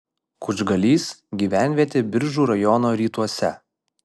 kučgalys gyvenvietė biržų rajono rytuose